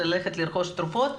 לרכוש תרופות,